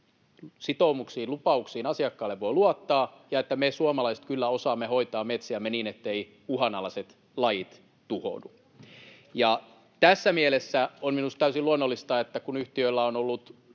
sitoumuksiin ja lupauksiin asiakkaille voi luottaa ja että me suomalaiset kyllä osaamme hoitaa metsiämme niin, etteivät uhanalaiset lajit tuhoudu. [Vihreistä: Ei osaa!] Tässä mielessä on minusta täysin luonnollista, että kun yhtiöllä on ollut